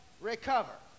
recover